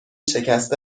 شکسته